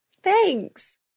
Thanks